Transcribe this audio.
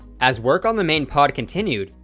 as work on the main pod continued,